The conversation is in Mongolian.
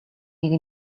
нэг